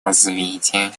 развития